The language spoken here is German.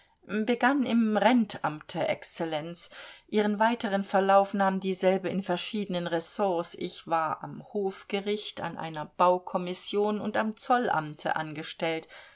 begann im rentamte exzellenz ihren weiteren verlauf nahm dieselbe in verschiedenen ressorts ich war am hofgericht an einer baukommission und am zollamte angestellt